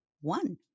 one